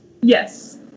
Yes